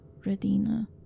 Radina